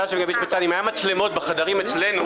היו מצלמות בחדרים אצלנו,